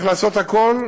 צריך לעשות הכול,